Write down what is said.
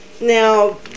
Now